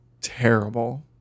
terrible